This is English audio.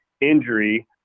injury